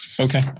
Okay